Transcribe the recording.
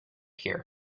here